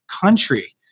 country